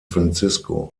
francisco